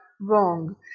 wrong